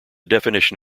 definition